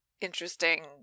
interesting